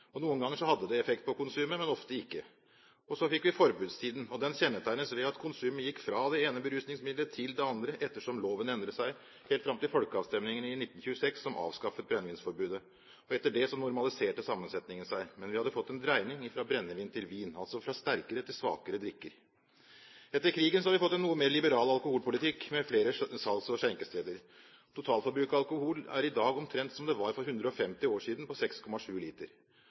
Noen ganger hadde det effekt på konsumet, men ofte ikke. Så fikk vi forbudstiden. Den kjennetegnes ved at konsumet gikk fra det ene berusningsmiddelet til det andre ettersom loven endret seg, helt fram til folkeavstemmingen i 1926, som avskaffet brennevinsforbudet. Etter det normaliserte sammensetningen seg, men vi hadde fått en dreining fra brennevin til vin, altså fra sterkere til svakere drikker. Etter krigen fikk vi en noe mer liberal alkoholpolitikk med flere salgs- og skjenkesteder. Totalforbruket av alkohol er i dag omtrent som det var for 150 år siden, på 6,7 liter.